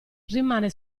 rimane